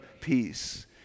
Peace